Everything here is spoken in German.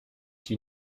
die